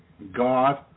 God